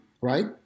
right